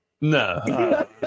No